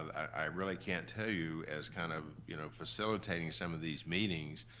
i really can't tell you as kind of, you know, facilitating some of these meetings,